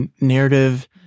narrative